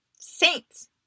Saints